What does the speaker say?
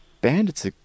Bandit's